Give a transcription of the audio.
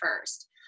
first